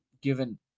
given